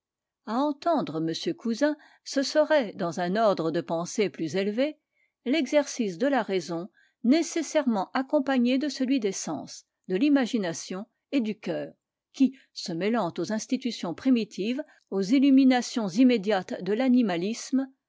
a entendre m cousin ce serait dans un ordre de pensées plus élevé l'exercice de la raison nécessairement accompagné de celui des sens de l'imagination et du cœur qui se mêlant aux institutions primitives aux illuminations immédiates de l'animalisme